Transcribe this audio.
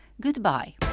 Goodbye